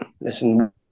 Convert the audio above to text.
Listen